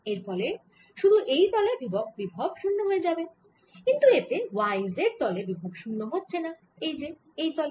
এর ফলে সুধু এই তলে বিভব শুন্য হয়ে যাবে কিন্তু এতে y z তলে বিভব শুন্য হচ্ছে না এই যে এই তলে